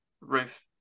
Ruth